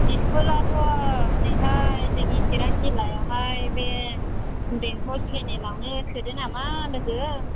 स्कुलाथ' नैहाय जोंनि चिरां जिल्लायावहाय बे बेंटल केनेलावनो सोदो नामा लोगो